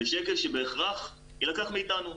זה שקל שבהכרח יילקח מאיתנו,